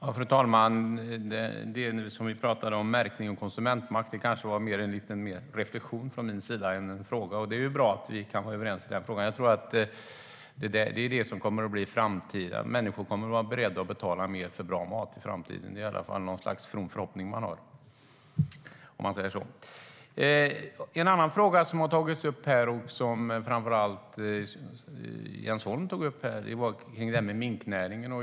Fru talman! Märkning och konsumentmakt var kanske mer av en reflektion från min sida än en fråga, och det är ju bra att vi kan vara överens om det. Jag tror att det är det som kommer i framtiden. Människor kommer att vara beredda att betala mer för bra mat i framtiden. Det är i alla fall något slags from förhoppning man har, om man säger så. En annan fråga som framför allt Jens Holm tog upp här rör minknäringen.